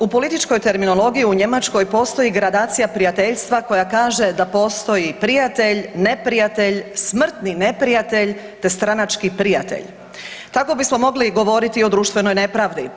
U političkoj terminologiji u Njemačkoj postoji gradacija prijateljstva koja kaže da postoji prijatelj, neprijatelj, smrtni neprijatelj te stranački prijatelj, tako bismo mogli govoriti o društvenoj nepravdi.